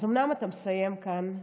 אז אומנם אתה מסיים כאן,